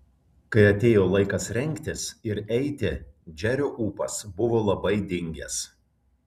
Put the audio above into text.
kai atėjo laikas rengtis ir eiti džerio ūpas buvo labai dingęs